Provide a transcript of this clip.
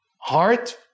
heart